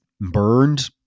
burned